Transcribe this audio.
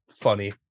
funny